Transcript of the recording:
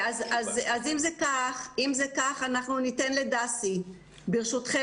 אם כך אנחנו ניתן לדסי את זכות הדיבור,